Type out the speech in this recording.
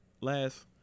last